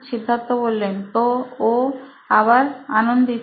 সিদ্ধার্থ তো ও আবার আনন্দিত